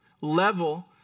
level